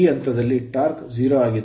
ಈ ಹಂತದಲ್ಲಿ ಟಾರ್ಕ್ 0 ಆಗಿದೆ